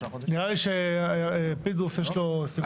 נראה לי שלפינדרוס יש משהו לו מר.